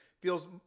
feels